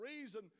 reason